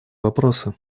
вопросы